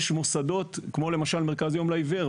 יש מוסדות כמו למשל מרכז יום לעיוור,